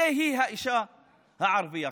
זוהי האישה הערבייה.